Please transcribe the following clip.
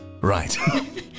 Right